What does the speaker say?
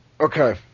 okay